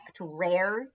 rare